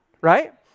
right